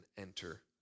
enter